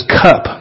cup